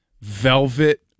velvet